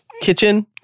kitchen